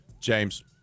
James